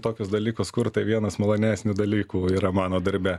tokius dalykus kurt tai vienas malonesnių dalykų yra mano darbe